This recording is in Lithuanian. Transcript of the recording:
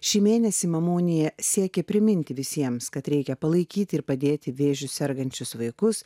šį mėnesį mamų unija siekė priminti visiems kad reikia palaikyti ir padėti vėžiu sergančius vaikus